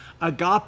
agape